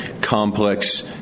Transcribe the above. complex